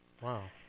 Wow